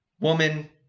woman